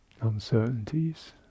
Uncertainties